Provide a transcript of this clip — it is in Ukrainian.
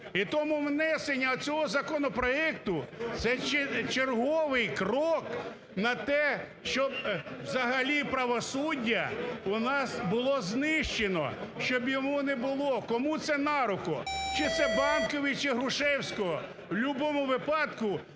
І тому внесення цього законопроекту, це черговий крок на те, щоб взагалі правосуддя у нас було знищено, щоб його не було. Кому це на руку? Чи це Банковій, чи Грушевського? В любому випадку